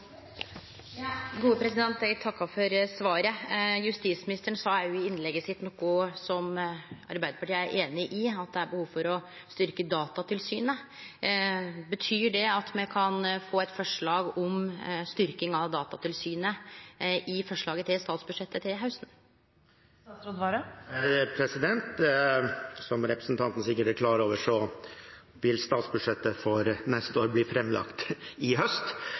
Eg takkar for svaret. Justisministeren sa òg i innlegget sitt noko som Arbeidarpartiet er einig i: at det er behov for å styrkje Datatilsynet. Betyr det at me kan få eit forslag om styrking av Datatilsynet i forslaget til statsbudsjett til hausten? Som representanten sikkert er klar over, vil statsbudsjettet for neste år bli framlagt i